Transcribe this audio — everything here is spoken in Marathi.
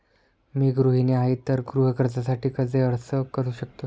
मी गृहिणी आहे तर गृह कर्जासाठी कसे अर्ज करू शकते?